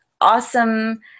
awesome